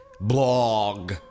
blog